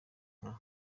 nka